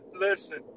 listen